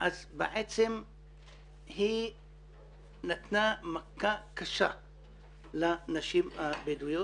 אז היא בעצם נתנה מכה קשה לנשים הבדואיות.